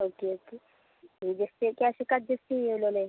okay okay ഈ just cash ഒക്കെ adjust ചെയ്യാല്ലോ അല്ലേ